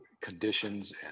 conditions